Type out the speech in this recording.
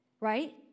right